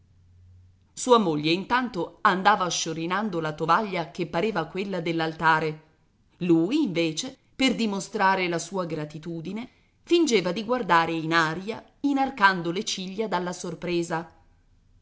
sua moglie intanto andava sciorinando la tovaglia che pareva quella dell'altare lui invece per dimostrare la sua gratitudine fingeva di guardare in aria inarcando le ciglia dalla sorpresa